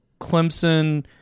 Clemson